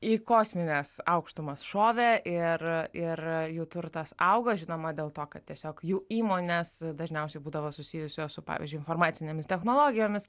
į kosmines aukštumas šovė ir ir jų turtas auga žinoma dėl to kad tiesiog jų įmonės dažniausiai būdavo susijusios su pavyzdžiui informacinėmis technologijomis